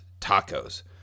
Tacos